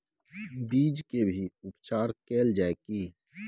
बीज के भी उपचार कैल जाय की?